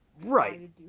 right